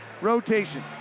rotation